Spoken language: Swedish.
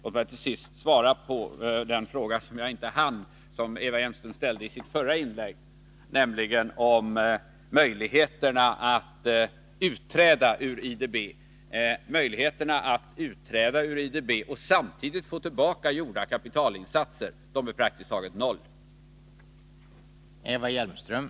Låt mig till sist svara på den fråga som jag inte hann besvara och som Eva Hjelmström ställde i sitt förra inlägg, nämligen om det finns möjligheter att utträda ur IDB och samtidigt få tillbaka gjorda kapitalinsatser. De möjligheterna är praktiskt taget obefintliga.